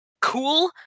cool